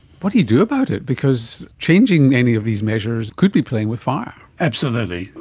what do you do about it? because changing any of these measures could be playing with fire. absolutely.